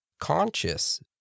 conscious